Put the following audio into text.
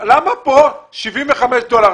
למה כאן 75 דולר?